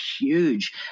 huge